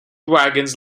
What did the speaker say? wagons